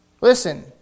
Listen